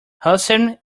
hussein